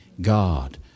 God